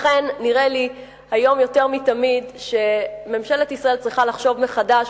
לכן נראה לי היום יותר מתמיד שממשלת ישראל צריכה לחשוב מחדש,